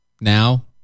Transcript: now